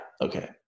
okay